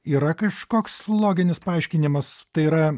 yra kažkoks loginis paaiškinimas tai yra